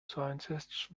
scientists